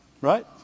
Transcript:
Right